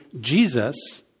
Jesus